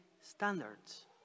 standards